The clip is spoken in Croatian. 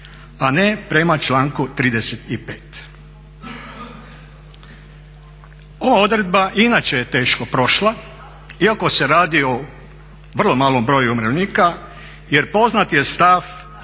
a ne prema članku 35. Ova odredba i inače je teško prošla, iako se radi o vrlo malom broju umirovljenika, jer poznat je stav